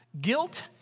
guilt